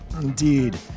Indeed